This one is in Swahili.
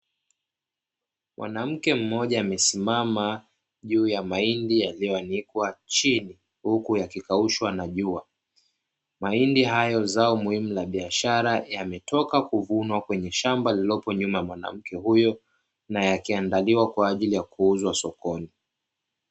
Mwanamke mmoja amesimama juu ya mahindi yaliyoanikwa chini, huku yakikaushwa na jua. Mahindi hayo zao muhimu la biashara yametoka kuvunwa kwenye shamba lililopo nyuma ya mwanamke huyo na yakiandaliwa kwa ajili ya kuuzwa sokoni.